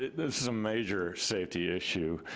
this is a major safety issue,